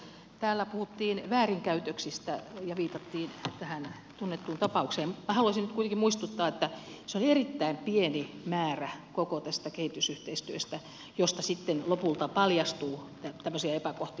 täällä puhuttiin väärinkäytöksistä ja viitattiin tähän tunnettuun tapaukseen mutta minä haluaisin nyt kuitenkin muistuttaa että se on erittäin pieni määrä koko tästä kehitysyhteistyöstä josta sitten lopulta paljastuu tämmöisiä epäkohtia